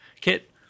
Kit